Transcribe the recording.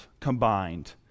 combined